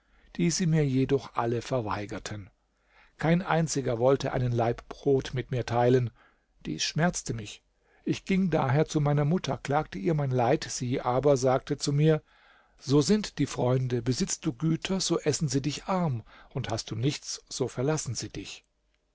die sie mir jedoch alle verweigerten kein einziger wollte einen laib brot mit mir teilen dies schmerzte mich ich ging daher zu meiner mutter klagte ihr mein leid sie aber sagte zu mir so sind die freunde besitzt du güter so essen sie dich arm und hast du nichts so verlassen sie dich